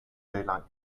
daylight